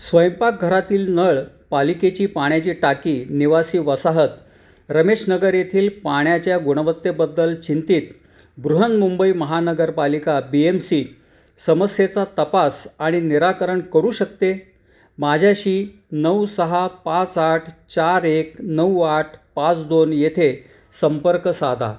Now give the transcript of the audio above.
स्वयंपाकघरातील नळ पालिकेची पाण्याची टाकी निवासी वसाहत रमेश नगर येथील पाण्याच्या गुणवत्तेबद्दल चिंतीत Brihanmumbai Mahanagarpalika B M C समस्येचा तपास आणि निराकरण करू शकते माझ्याशी नऊ सहा पाच आठ चार एक नऊ आठ पाच दोन येथे संपर्क साधा